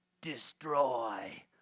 Destroy